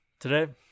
Today